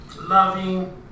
Loving